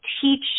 teach